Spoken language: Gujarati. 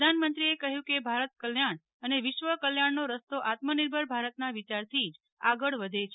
પ્રધાનમંત્રીએ કહ્યું કે ભારત કલ્યાણ અને વિશ્વ કલ્યાણનો રસ્તો આત્મનિર્ભર ભારતના વિયારથી જ આગળ વધે છ